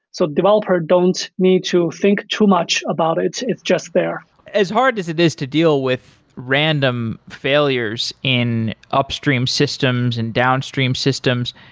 so developer don't need to think too much about it. it's just there as hard as it is to deal with random failures in upstream systems and downstream systems,